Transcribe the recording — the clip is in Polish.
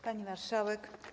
Pani Marszałek!